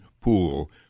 pool